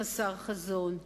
חסר חזון,